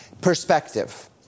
perspective